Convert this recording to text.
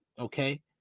okay